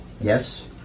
Yes